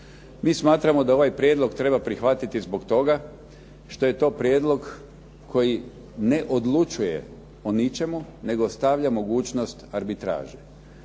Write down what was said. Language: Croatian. Mi smatramo da ovaj prijedlog treba prihvatiti zbog toga što je to prijedlog koji ne odlučuje o ničemu, nego ostavlja mogućnost arbitraži.